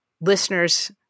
listeners